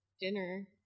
dinner